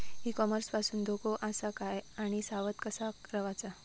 E commerce पासून धोको आसा काय आणि सावध कसा रवाचा?